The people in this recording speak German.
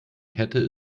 kette